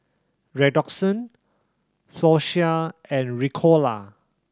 Redoxon Floxia and Ricola